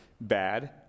bad